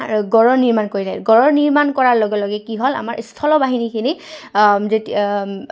গড় নিৰ্মাণ কৰিলে গড়ৰৰ নিৰ্মাণ কৰাৰ লগে লগে কি হ'ল আমাৰ স্থল বাহিনীখিনি যেতিয়া